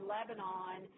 Lebanon